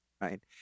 right